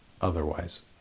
otherwise